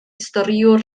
storïwr